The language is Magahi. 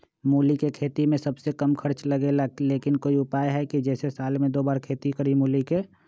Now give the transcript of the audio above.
मूली के खेती में सबसे कम खर्च लगेला लेकिन कोई उपाय है कि जेसे साल में दो बार खेती करी मूली के?